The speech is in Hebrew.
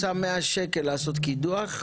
הוא שם 100 שקלים לעשות קידו"ח,